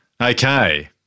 Okay